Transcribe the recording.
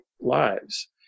lives